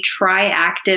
TriActive